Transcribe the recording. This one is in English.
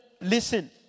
listen